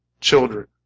children